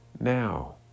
now